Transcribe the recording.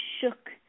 shook